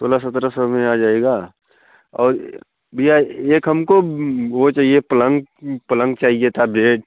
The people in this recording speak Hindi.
सोलह सत्रह सौ में आ जाएगा और भैया एक हमको वो चहिए पलंग पलंग चहिए था बेड